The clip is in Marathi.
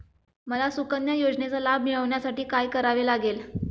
मला सुकन्या योजनेचा लाभ मिळवण्यासाठी काय करावे लागेल?